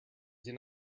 did